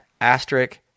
asterisk